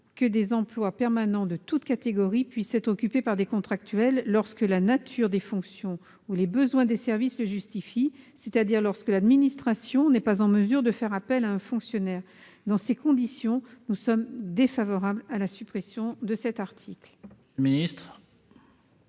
que des emplois permanents de toute catégorie puissent être occupés par des contractuels lorsque la nature des fonctions ou les besoins des services le justifient, c'est-à-dire lorsque l'administration n'est pas en mesure de faire appel à un fonctionnaire. Dans ces conditions, nous sommes défavorables à sa suppression. Quel est